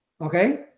okay